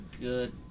good